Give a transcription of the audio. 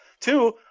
two